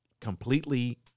completely